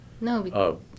No